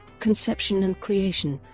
conception and creation